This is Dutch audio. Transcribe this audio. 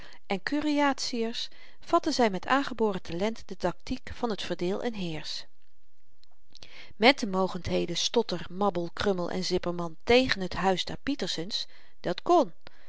en curiatiërs vatte zy met aangeboren talent de taktiek van t verdeel en heersch mèt de mogendheden stotter mabbel krummel en zipperman tegen t huis der pietersens dat kn